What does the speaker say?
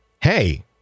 hey